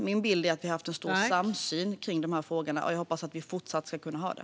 Min bild är att vi har haft en stor samsyn om de här frågorna. Jag hoppas att vi fortsatt ska kunna ha det.